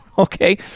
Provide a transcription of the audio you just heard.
okay